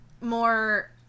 More